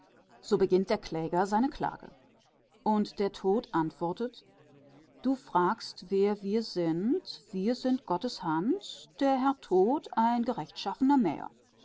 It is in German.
so beginnt der kläger seine klage und der tod antwortet du fragst wer wir sind wir sind gottes hand der herr tod ein gerecht